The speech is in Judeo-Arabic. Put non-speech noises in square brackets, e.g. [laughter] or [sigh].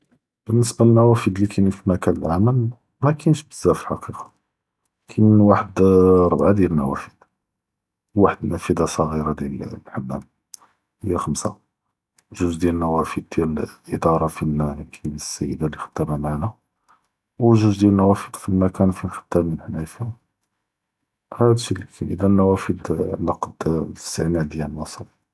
באלניסבה לאנאופאד’ אלכאיןין פ למקום אלח’דמה, מא כאיןש בזאף פאלחקיקה, כאין וחד אלארבעה דיאל אלאנופאד’, ו וחד אלנאפדה סג’ירה דיאל אלח’מאם היא חמסה, וזוג דיאל אלאנופאד’ דיאל אלאדארה פין מא כאין אלסידה אלח’דאמה מעאנה, וזוג דיאל אלאנופאד’ פ למקום פין ח’דאמין חנייא פיה, האדא שאי’ לי כאין, אלאנאופאד’ לג’ד. [unintelligible]